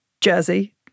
jersey